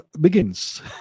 begins